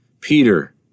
Peter